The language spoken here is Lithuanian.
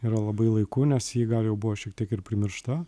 yra labai laiku nes ji gal jau buvo šiek tiek ir primiršta